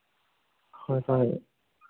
ꯍꯣꯏ ꯍꯣꯏ